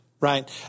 right